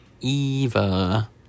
Eva